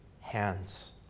hands